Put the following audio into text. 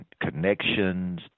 connections